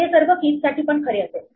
हे सर्व keys साठी पण खरे असेल